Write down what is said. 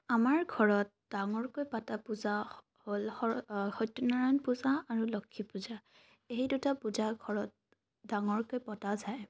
আমাৰ ঘৰত ডাঙৰকৈ পতা পূজা হ'ল সত্যনাৰায়ণ পূজা আৰু লক্ষী পূজা এই দুটা পূজা ঘৰত ডাঙৰকৈ পতা যায়